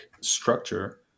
structure